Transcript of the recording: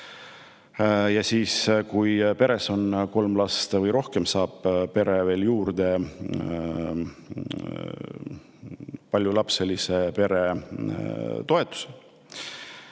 Ja siis, kui peres on kolm last või rohkem, saab pere juurde paljulapselise pere toetuse.